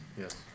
yes